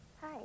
Hi